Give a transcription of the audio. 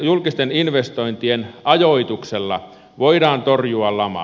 julkisten investointien ajoituksella voidaan torjua lamaa